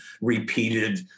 repeated